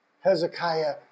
Hezekiah